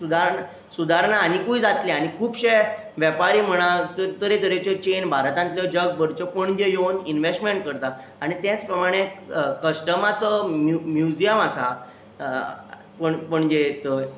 आनी खुबशे वेपारी तरेतरेच्यो चेनी भारतांतल्यो जगभरच्यो पणजे येवन इनवेस्टेमेंट करता आनी त्याच प्रमाणे कस्टमाचो म्युजीयम आसा पणजे थंय